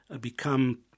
become